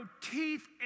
teeth